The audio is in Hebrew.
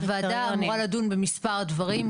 הוועדה אמורה לדון במספר דברים,